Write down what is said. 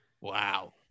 Wow